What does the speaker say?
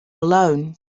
alone